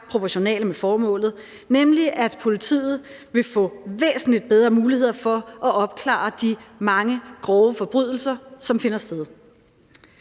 proportionale med formålet, nemlig at politiet vil få væsentlig bedre muligheder for at opklare de mange grove forbrydelser, som finder sted.